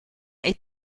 est